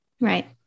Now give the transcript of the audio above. Right